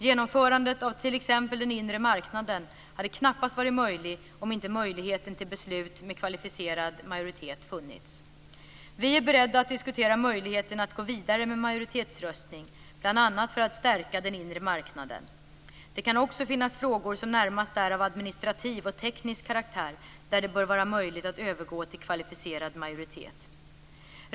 Genomförandet av t.ex. den inre marknaden hade knappast varit möjligt om inte möjligheten till beslut med kvalificerad majoritet hade funnits. Vi är beredda att diskutera möjligheten att gå vidare med majoritetsröstning, bl.a. för att stärka den inre marknaden. Det kan också finnas frågor som närmast är av administrativ och teknisk karaktär där det bör vara möjligt att övergå till kvalificerad majoritet.